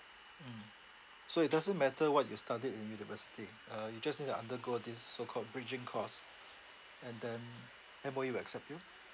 mm so it doesn't matter what you studied in university uh you just need to undergo this so called bridging course and then M_O_E will accept you